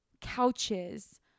couches